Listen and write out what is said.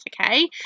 Okay